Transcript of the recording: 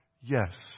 Yes